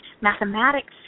mathematics